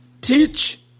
teach